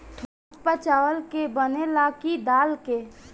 थुक्पा चावल के बनेला की दाल के?